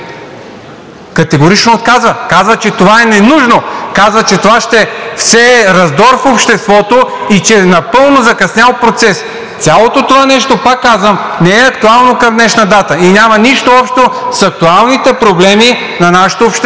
категорично отказва. Казва, че това е ненужно, казва, че това ще всее раздор в обществото и че е напълно закъснял процес. Цялото това нещо, пак казвам, не е актуално към днешна дата и няма нищо общо с актуалните проблеми на нашето общество